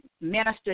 Minister